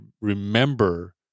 remember